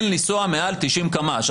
אין לנסוע מעל 90 קמ"ש,